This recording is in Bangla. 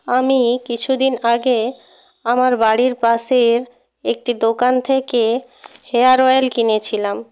আমি কিছুদিন আগে আমার বাড়ির পাশের একটি দোকান থেকে হেয়ার অয়েল কিনেছিলাম